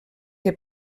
que